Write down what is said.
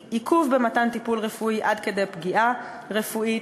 עיכוב במתן טיפול רפואי עד כדי פגיעה רפואית,